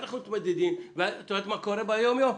את יודעת מה קורה ביום יום?